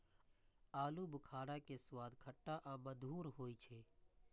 आलू बुखारा के स्वाद खट्टा आ मधुर होइ छै